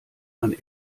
man